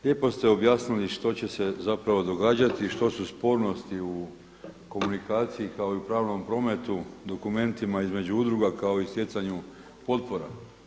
Lijepo ste objasnili što će se zapravo događati i što su spornosti u komunikaciji kao i u pravnom prometu dokumentima između udruga kao i stjecanju potpora.